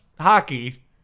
hockey